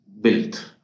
built